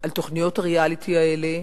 על תוכניות הריאליטי האלה,